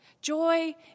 Joy